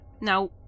Now